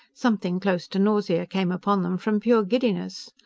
something close to nausea came upon them from pure giddiness.